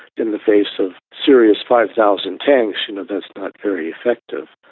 in the face of syria's five thousand tanks you know that's not very effective.